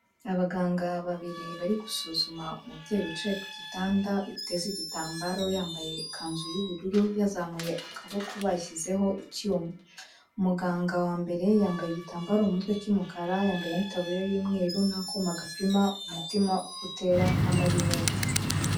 Abaganga babiri bari gusuzuma umubyeyi wicaye ku gitanda, uteze igitambaro, yambaye ikanzu y'ubururu, yazamuye akaboko, bashyizeho icyuma. Umuganga wa mbere yambaye igitambaro mu mutwe cy'umukara, yambaye n'itaburiya y'umweru n'akuma gapima umutima uko utera n'amarinete.